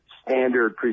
standard